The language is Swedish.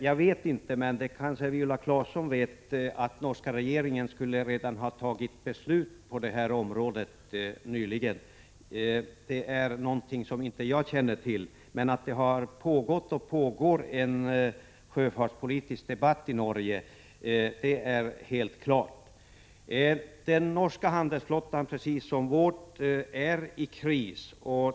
Jag vet inte, men det kanske Viola Claesson vet, om den norska regeringen redan har fattat beslut på detta område. Jag känner inte till det. Men att det har pågått och pågår en sjöfartspolitisk debatt i Norge är helt klart. Den norska handelsflottan, precis som vår, är i kris.